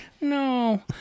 No